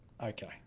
Okay